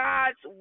God's